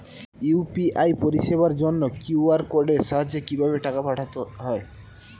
UPI পরিষেবার জন্য QR কোডের সাহায্যে কিভাবে টাকা পাঠানো হয়?